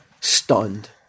stunned